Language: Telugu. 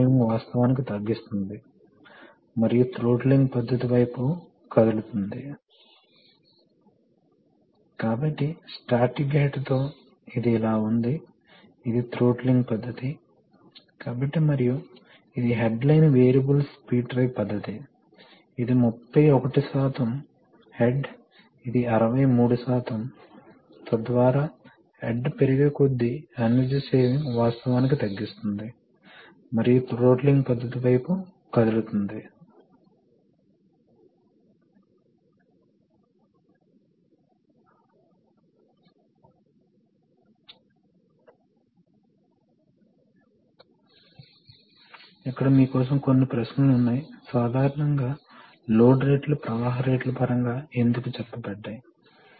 కాబట్టి ముగింపుకు ముందు కొన్ని సులభమైన ప్రశ్నలను చూద్దాం ఎలక్ట్రిక్ సిస్టమ్స్ పై న్యూమాటిక్స్ యొక్క ప్రధాన ప్రయోజనం ఏమిటి మరియు హైడ్రాలిక్ సిస్టమ్స్ పై న్యూమాటిక్స్ యొక్క కొన్ని ప్రధాన ప్రయోజనాలు ఏమిటి మరియు ఉదాహరణకు హైడ్రాలిక్ సిస్టమ్ ప్రాధాన్యత ఉన్న చోట మీరు కొన్ని అప్లికేషన్స్ చెప్పగలరా మనము ఒక న్యూమాటిక్ సిస్టమ్ కు ప్రాధాన్యత ఇస్తున్నామని మీరు కొన్ని అప్లికేషన్స్ చెప్పగలరా మరియు న్యూమాటిక్ సిస్టమ్ యొక్క ప్రధాన భాగాలను గుర్తించగలరా